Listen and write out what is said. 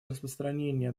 распространения